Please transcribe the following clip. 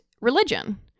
religion